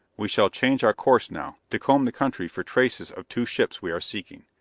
we shall change our course now, to comb the country for traces of two ships we are seeking.